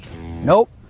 Nope